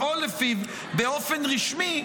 או לפעול לפיו באופן רשמי,